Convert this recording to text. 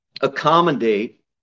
accommodate